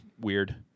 weird